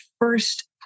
first